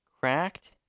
Cracked